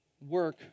work